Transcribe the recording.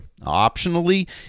Optionally